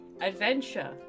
Adventure